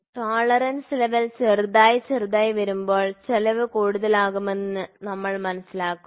tolerance level ചെറുതായി ചെറുതായിവരുമ്പോൾ ചെലവ് കൂടുതലാകുമെന്ന് ഞാൻ മനസ്സിലാക്കുന്നു